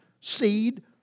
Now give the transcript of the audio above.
seed